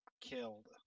killed